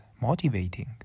motivating